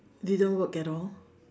didn't work at all